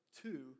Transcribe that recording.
two